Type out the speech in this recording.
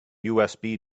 usb